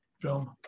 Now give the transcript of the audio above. film